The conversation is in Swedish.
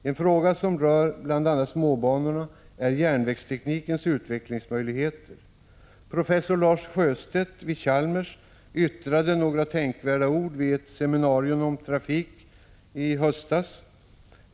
En fråga som rör bl.a. småbanorna är järnvägsteknikens utvecklingsmöjligheter. Professor Lars Sjöstedt vid Chalmers yttrade några tänkvärda ord vid ett seminarium om trafik i höstas.